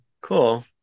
cool